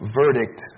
verdict